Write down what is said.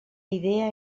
idea